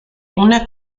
una